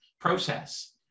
process